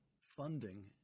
funding